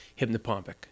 hypnopompic